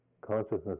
consciousness